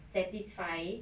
satisfy